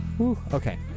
Okay